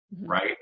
right